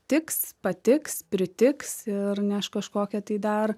tiks patiks pritiks ir neš kažkokią tai dar